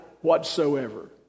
whatsoever